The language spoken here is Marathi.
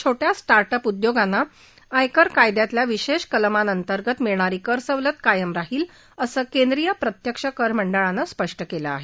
छोटया स्टार्ट अप उद्योगांना आयकर कायद्यातल्या विशेष कलमाअंतर्गत मिळणारी कर सवलत कायम राहील असं केंद्रिय प्रत्यक्ष कर मंडळानं स्पष्ट केलं आहे